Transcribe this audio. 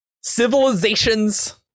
civilizations